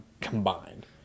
combined